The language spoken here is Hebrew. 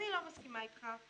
אני לא מסכימה אתך,